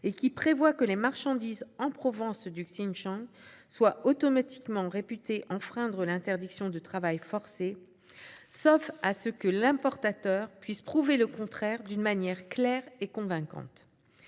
et qui prévoit que les marchandises en provenance du Xinjiang sont automatiquement réputées enfreindre l'interdiction de travail forcé, sauf à ce que l'importateur puisse prouver le contraire d'une manière « claire et convaincante